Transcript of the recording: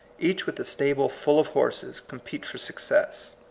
each with a stable full of horses, compete for success.